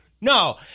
No